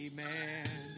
Amen